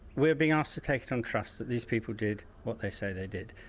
we're being asked to take it on trust that these people did what they say they did.